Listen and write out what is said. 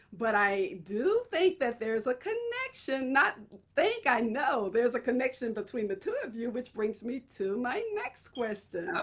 but i do think that there is a connection. not think. i know. there's a connection between the but two of you, which brings me to my next question.